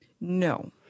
No